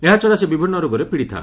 ଏହାଛଡ଼ା ସେ ବିଭିନ୍ନ ରୋଗରେ ପୀଡ଼ିତା